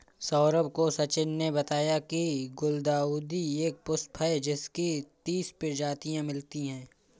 सौरभ को सचिन ने बताया की गुलदाउदी एक पुष्प है जिसकी तीस प्रजातियां मिलती है